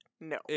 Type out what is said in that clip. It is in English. No